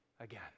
again